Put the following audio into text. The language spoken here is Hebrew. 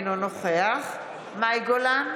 אינו נוכח מאי גולן,